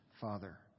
father